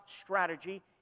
strategy